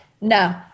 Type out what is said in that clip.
no